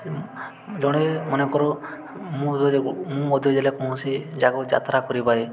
ଜଣେ ମନେକର ମୁଁ ମୁଁ ମଧ୍ୟ ଜିଲ୍ଲା କୌଣସି ଜାଗାକୁ ଯାତ୍ରା କରିପାରେ